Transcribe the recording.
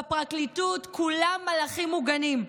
בפרקליטות כולם מלאכים מוגנים.